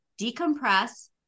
decompress